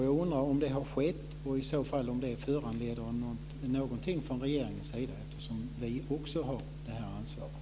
Jag undrar om det har skett och om det i så fall föranleder något agerande från regeringens sida. Vi har ju också det här ansvaret.